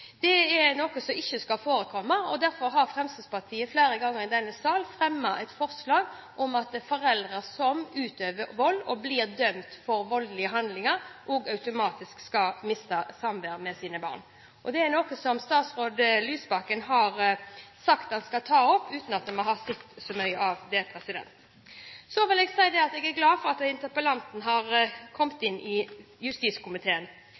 Det er noe som ikke skal forekomme. Derfor har Fremskrittspartiet flere ganger i denne sal fremmet forslag om at foreldre som utøver vold og som blir dømt for voldelige handlinger, automatisk skal miste samværet med sine barn. Det er noe som statsråd Lysbakken har sagt han skal ta opp, uten at vi har sett så mye til det. Så vil jeg si at jeg er glad for at interpellanten har kommet inn i justiskomiteen,